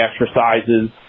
exercises